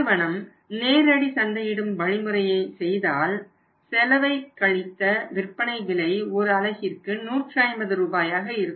நிறுவனம் நேரடி சந்தையிடும் வழிமுறையை செய்தால் செலவை கழித்த விற்பனை விலை ஒரு அலகிற்கு 150 ரூபாயாக இருக்கும்